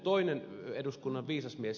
toinen eduskunnan viisas mies